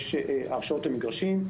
יש הרשאות למגרשים.